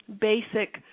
basic